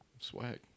Swag